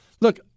look